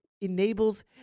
enables